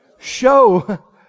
Show